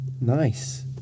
Nice